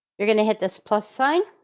you're going to hit this plus sign